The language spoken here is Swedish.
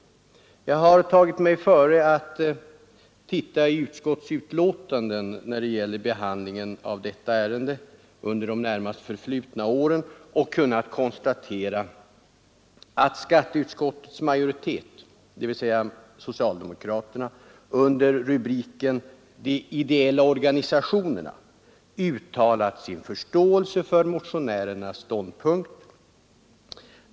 Jag har tagit mig före att titta i utskottsbetänkanden beträffande behandlingen av detta ärende under de närmast förflutna åren, och jag har kunnat konstatera att skatteutskottets majoritet — dvs. socialdemokraterna under rubriken ”De ideella organisationerna” uttalat sin förståelse för motionärernas ståndpunkt.